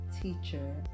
teacher